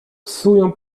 psują